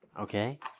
Okay